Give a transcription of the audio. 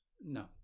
No